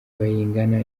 bayingana